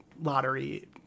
lottery